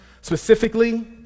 specifically